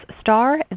star